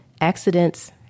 Accidents